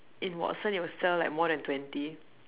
in Watson it would sell like more than twenty